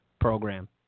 program